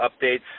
updates